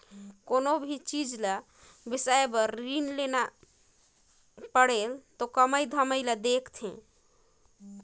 कोनो भी चीच ल बिसाए बर रीन लेना होथे त कमई धमई ल देखथें